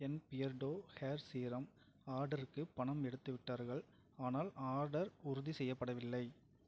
என் Beardo hair serum ஆர்டருக்கு பணம் எடுத்துவிட்டார்கள் ஆனால் ஆர்டர் உறுதி செய்யப்படவில்லை